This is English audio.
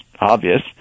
obvious